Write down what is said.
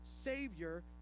savior